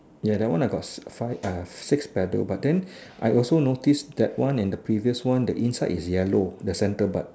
ya that one I got five uh six petal but then I also notice that one and the previous one the inside is yellow the centre part